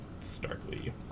starkly